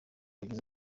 agize